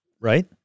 Right